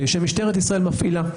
שמשטרת ישראל מפעילה.